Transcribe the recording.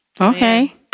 Okay